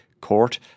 court